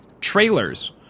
trailers